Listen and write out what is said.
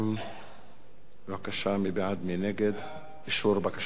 בבקשה, מי בעד ומי נגד אישור בקשת הממשלה?